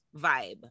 vibe